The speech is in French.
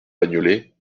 bagnolet